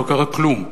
לא קרה כלום.